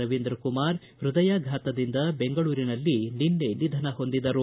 ರವೀಂದ್ರಕುಮಾರ್ ಪೃದಯಾಘಾತದಿಂದ ಬೆಂಗಳೂರಿನಲ್ಲಿ ನಿನ್ನೆ ನಿಧನ ಹೊಂದಿದರು